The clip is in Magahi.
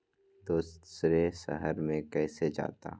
दूसरे शहर मे कैसे जाता?